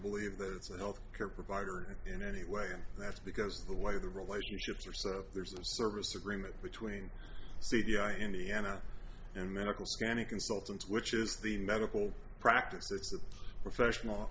believe that it's a health care provider in any way and that's because the way the relationships are set up there's a service agreement between c d r indiana and medical scanning consultants which is the medical practice of professional